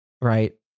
right